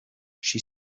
she